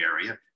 area